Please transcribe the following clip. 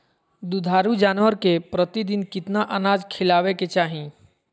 दुधारू जानवर के प्रतिदिन कितना अनाज खिलावे के चाही?